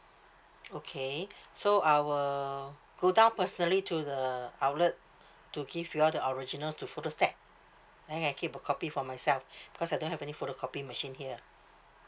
okay so I will go down personally to the outlet to give you all the original to photostat then I keep a copy for myself because I don't have any photocopy machine here